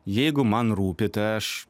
jeigu man rūpi tai aš